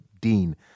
Dean